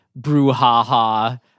brouhaha